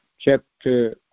chapter